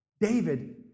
David